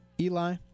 Eli